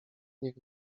niech